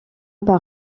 par